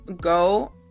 go